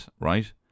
right